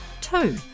Two